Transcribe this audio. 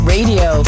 Radio